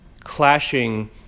clashing